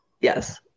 Yes